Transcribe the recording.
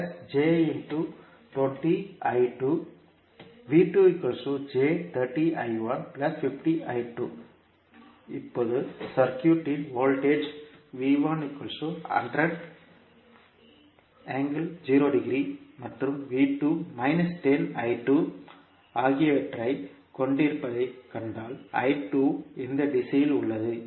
அதனால் இப்போது சர்க்யூட் இன் வோல்டேஜ் மற்றும் ஆகியவற்றைக் கொண்டிருப்பதைக் கண்டால் இந்த திசையில் உள்ளது